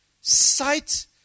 sight